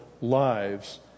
lives